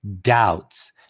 doubts